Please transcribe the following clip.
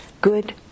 good